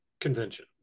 convention